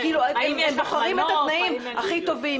הם בוחרים את התנאים הכי טובים.